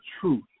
truth